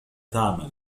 تعمل